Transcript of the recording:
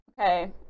okay